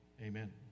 amen